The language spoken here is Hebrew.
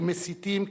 כמסיתים,